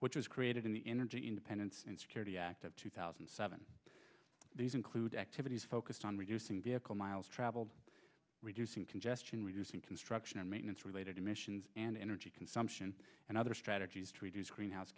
was created in the energy independence and security act of two thousand and seven these include activities focused on reducing vehicle miles traveled reducing congestion reducing construction and maintenance related emissions and energy consumption and other strategies to reduce greenhouse